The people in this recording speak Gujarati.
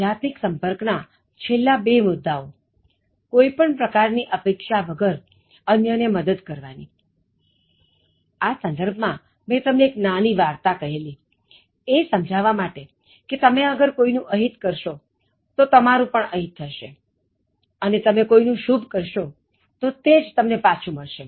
ધ્યાત્મિક સંપર્ક ના છેલ્લા બે મુદ્દાઓ કોઈ પણ પ્રકારની અપેક્ષા વગર અન્ય ને મદદ કરવાની આ સંદર્ભમાં મેં તમને એક નાની વાર્તા કહેલી એ સમજાવવા માટે કે તમે અગર કોઈ નું અહિત કરશો તો તમારું પણ અહિત થશે અને તમે કોઈ નુ શુભ કરશો તો તે જ તમને પાછું મળશે